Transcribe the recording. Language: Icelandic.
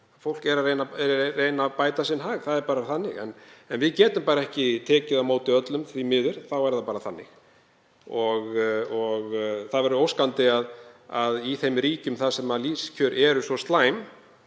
Fólk er að reyna að bæta sinn hag. Það er bara þannig. En við getum ekki tekið á móti öllum, því miður, það er bara þannig. Það væri óskandi í þeim ríkjum þar sem lífskjör eru svo slæm,